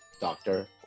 doctor